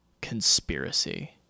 conspiracy